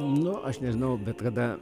nu aš nežinau bet kada